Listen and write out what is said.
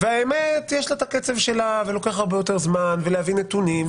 והאמת יש לה את הקצב שלה ולוקח לה הרבה יותר זמן ולהביא נתונים,